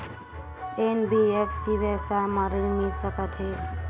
NBFC व्यवसाय मा ऋण मिल सकत हे